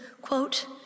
quote